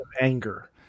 anger